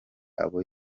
abo